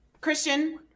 Christian